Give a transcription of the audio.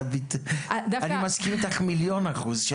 אני מסכים איתך מיליון אחוז.